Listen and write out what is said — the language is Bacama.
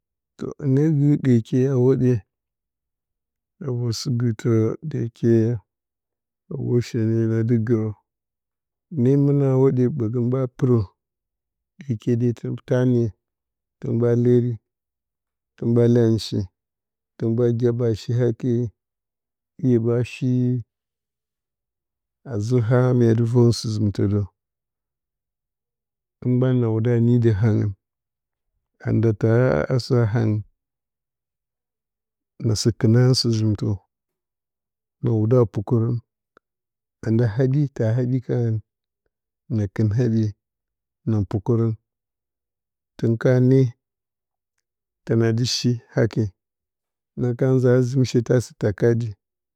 hɨne gɨr ɗyeke a hwoɗe a vaturnr shi gɨrtaturn hɨne mɨna hwoɗe ɓaturngɨn ɓa pɨraturn ɗyeke de ta ne turnn ɓa leri turnriba leyaturn hɨn shi taturnn ɓa gyaɓa a shi ake ye ɓa shi azaturn ha mya dɨ vaturnraturunn sɨ zɨmtaturn daturn hɨ ɓmban na wuda daturn a nii daturn hangɨun an nda ta hasaturn a hangɨn na sɨ kɨnaraturnn sɨ zɨmtaturn na wudaturn a pukaturnraturnn anonda haɓyi ta habyi karaturn na kɨn haɓye na pukaturnraturnn taturnn ka ne taturnna dɨ shi hake na ka nza a dɨ zɨmshe ta sɨ taka di.